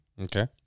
Okay